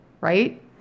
Right